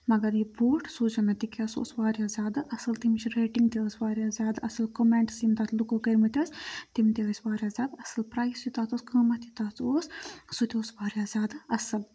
مگر یہِ بوٗٹھ سوٗزیو مےٚ تِکیٛازِ سُہ اوس واریاہ زیادٕ اَصٕل تمِچ ریٹِنٛگ تہِ ٲس واریاہ زیادٕ اَصٕل کَمٮ۪نٛٹٕس یِم تَتھ لُکو کٔرمٕتۍ ٲسۍ تِم تہِ ٲسۍ واریاہ زیادٕ اَصٕل پرٛایِس یہِ تَتھ اوس قۭمَتھ یوٗتاہ تَتھ اوس سُتہِ اوس واریاہ زیادٕ اَصٕل